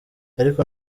ariko